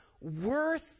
worth